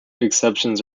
exceptions